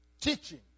teaching